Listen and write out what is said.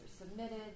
submitted